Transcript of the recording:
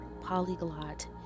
polyglot